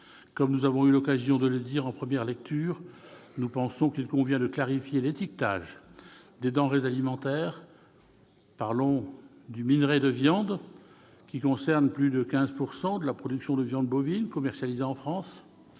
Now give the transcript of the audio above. Comme nous avons eu l'occasion de le dire en première lecture, nous pensons qu'il convient de clarifier l'étiquetage des denrées alimentaires contenant du minerai de viandes, qui représente plus de 15 % de la viande bovine commercialisée en France.